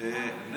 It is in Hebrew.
בחלק.